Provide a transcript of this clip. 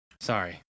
sorry